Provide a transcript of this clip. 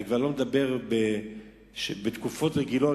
אני כבר לא מדבר בתקופות רגילות,